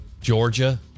Georgia